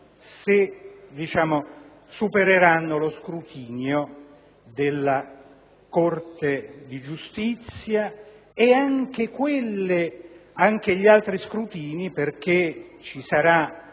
*ad aziendam*, supererà lo scrutinio della Corte di giustizia ed anche gli altri scrutini, perché ci saranno